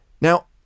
Now